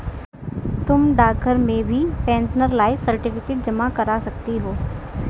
तुम डाकघर में भी पेंशनर लाइफ सर्टिफिकेट जमा करा सकती हो